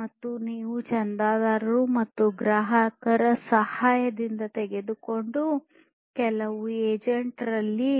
ಮತ್ತು ನೀವು ಚಂದಾದಾರರು ಮತ್ತು ಗ್ರಾಹಕರ ಸಹಾಯವನ್ನು ತೆಗೆದುಕೊಂಡು ಕೆಲವು ಏಜೆಂಟ್ ರಲ್ಲಿ